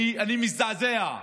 אני מזדעזע.